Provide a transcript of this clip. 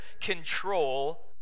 control